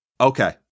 Okay